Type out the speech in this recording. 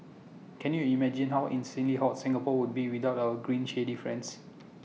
can you imagine how insanely hot Singapore would be without our green shady friends